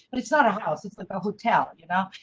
but it's not a house, it's like a hotel, you know,